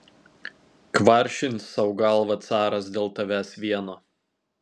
kvaršins sau galvą caras dėl tavęs vieno